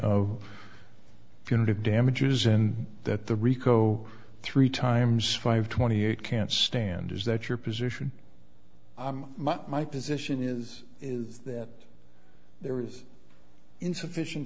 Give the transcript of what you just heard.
of punitive damages and that the rico three times five twenty eight can't stand is that your position i'm my position is is that there is insufficient